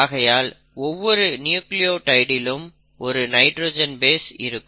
ஆகையால் ஒவ்வொரு நியூக்ளியோடைடிலும் ஒரு நைட்ரஜன் பேஸ் இருக்கும்